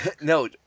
No